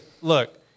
look